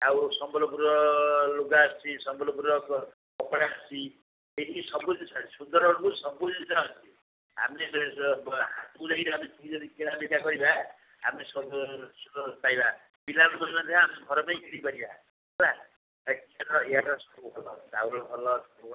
ଆଉ ସମ୍ବଲପୁରର ଲୁଗା ଆସୁଛି ସମ୍ବଲପୁରର କପଡ଼ା ଆସୁଛି ଏଠି ସବୁ ଜିନିଷ ଆସୁଛି ସୁନ୍ଦରଗଡ଼କୁ ସବୁ ଜିନିଷ ଆସୁଛି ଆମେ ଏ ହାଟକୁ ଯାଇକିରି ସୁବିଧା ଦେଖିକି କିଣାବିକା କରିବା ଆମେ ସବୁର ପାଇବା ପିଲାମାନେ ମଧ୍ୟ ଆମେ ଘର ପାଇଁ କିଣିପାରିବା ହେଲା ଏଠି ରହିବାର ସବୁ ଭଲ ଅଛି ଚାଉଳ ଭଲ ସବୁ ଭଲ